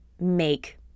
make